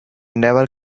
never